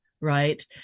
right